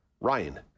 ryan